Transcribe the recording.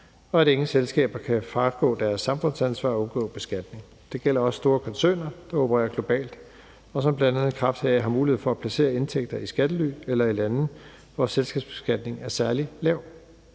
og at ingen selskaber kan fragå deres samfundsansvar og undgå beskatning. Det gælder også store koncerner, der opererer globalt, og som bl.a. i kraft af heraf har mulighed for at placere indtægter i skattely eller i lande, hvor selskabsbeskatningen er særlig lav.